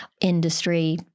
industry